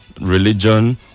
religion